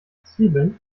zwiebeln